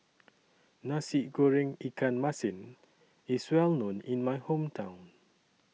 Nasi Goreng Ikan Masin IS Well known in My Hometown